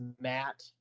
Matt